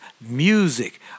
music